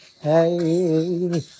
Hey